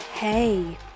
Hey